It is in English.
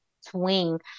swing